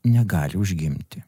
negali užgimti